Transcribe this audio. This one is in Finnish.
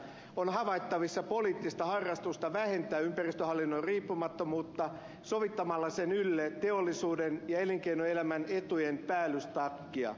on havaittavissa poliittista harrastusta vähentää ympäristöhallinnon riippumattomuutta sovittamalla sen ylle teollisuuden ja elinkeinoelämän etujen päällystakkia